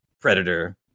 Predator